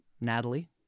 Natalie